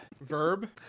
Verb